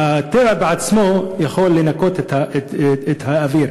הטבע בעצמו יכול לנקות את האוויר.